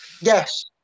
Yes